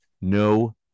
no